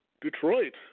Detroit